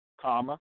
comma